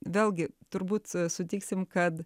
vėlgi turbūt su sutiksim kad